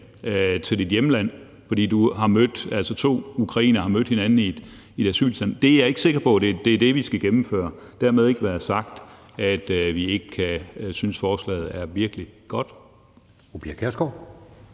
til dit hjemland, fordi du har mødt en i et asylcenter? Det kunne være to ukrainere, der har mødt hinanden. Jeg er ikke sikker på, at det er det, vi skal gennemføre. Dermed ikke være sagt, at vi ikke kan synes, at forslaget er virkelig godt.